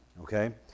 Okay